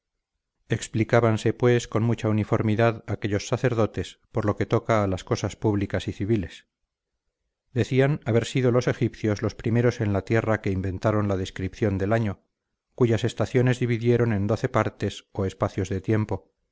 narración iv explicábanse pues con mucha uniformidad aquellos sacerdotes por lo que toca a las cosas públicas y civiles decían haber sido los egipcios los primeros en la tierra que inventaron la descripción del año cuyas estaciones dividieron en doce partes o espacios de tiempo